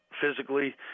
physically